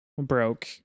broke